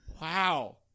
Wow